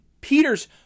Peter's